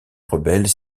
rebelles